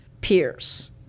peers